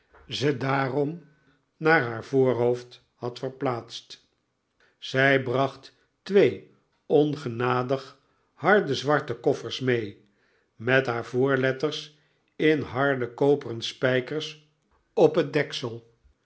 ze daarom naar haar voorhoofd had verplaatst zij bracht twee ongenadig harde zwarte koffers mee met haar voorletters in harde koperen spijkers op het deksel